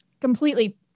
completely